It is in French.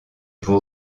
pour